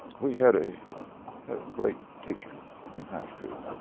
we had a had a great teacher in high school,